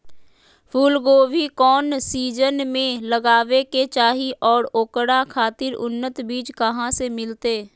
फूलगोभी कौन सीजन में लगावे के चाही और ओकरा खातिर उन्नत बिज कहा से मिलते?